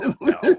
No